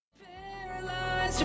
paralyzed